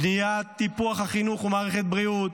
בנייה וטיפוח החינוך ומערכת הבריאות,